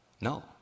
No